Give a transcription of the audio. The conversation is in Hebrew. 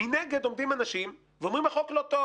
מנגד עומדים אנשים ואומרים: החוק לא טוב.